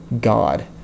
God